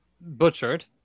butchered